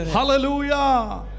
hallelujah